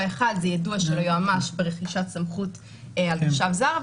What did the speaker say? האחד, יידוע של היועמ"ש ברכישת סמכות על תושב זר.